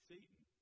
Satan